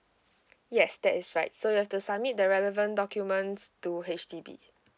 yes that is right so you have to submit the relevant documents to H_D_B